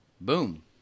boom